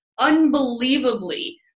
unbelievably